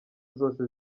zose